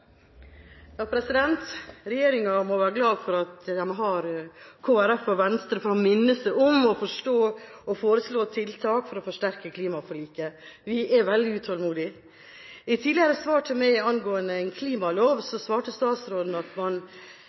Regjeringa må være glad for at de har Kristelig Folkeparti og Venstre til å minne seg på og foreslå tiltak for å forsterke klimaforliket. Vi er veldig utålmodige. I et tidligere svar til meg angående klimalov svarte statsråden at